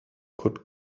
could